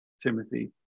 timothy